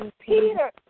Peter